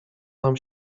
nam